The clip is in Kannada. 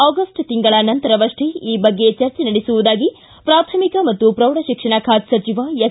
ಆಗಸ್ಟ್ ತಿಂಗಳ ನಂತರವಷ್ಟೇ ಈ ಬಗ್ಗೆ ಚರ್ಚೆ ನಡೆಸುವುದಾಗಿ ಪ್ರಾಥಮಿಕ ಮತ್ತು ಪ್ರೌಢಶಿಕ್ಷಣ ಖಾತೆ ಸಚಿವ ಎಸ್